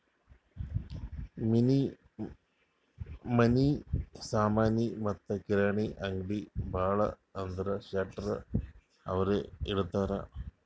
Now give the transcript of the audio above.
ಮನಿ ಸಾಮನಿ ಮತ್ತ ಕಿರಾಣಿ ಅಂಗ್ಡಿ ಭಾಳ ಅಂದುರ್ ಶೆಟ್ಟರ್ ಅವ್ರೆ ಇಡ್ತಾರ್